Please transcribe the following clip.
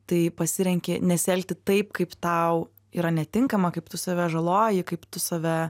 tai pasirenki nesielgti taip kaip tau yra netinkama kaip tu save žaloji kaip tu save